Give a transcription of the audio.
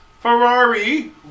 Ferrari